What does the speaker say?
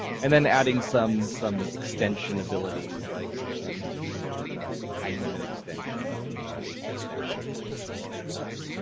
and then adding some some extension abilities like ability to do time limit extensions and retake extensions and things like that